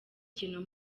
ikintu